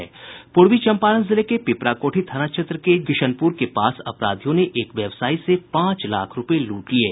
पूर्वी चम्पारण जिले के पिपराकोठी थाना क्षेत्र के जीवधारा किशनपुर के पास अपराधियों ने एक व्यवसायी से पांच लाख रूपये लूट लिये